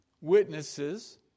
witnesses